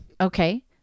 Okay